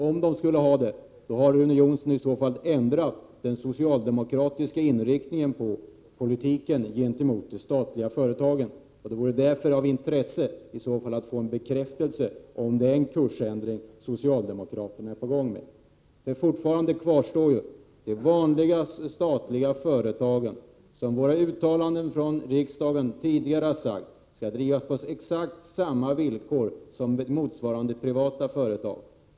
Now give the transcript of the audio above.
Om så skulle vara, har Rune Jonsson ändrat inriktningen av den socialdemokratiska politiken gentemot de statliga företagen. Det vore därför av intresse att få bekräftat om det är en kursändring på gång hos socialdemokraterna. Fortfarande kvarstår vad riksdagen tidigare har uttalat, nämligen att de statliga företagen skall drivas på exakt samma villkor som motsvarande privata företag.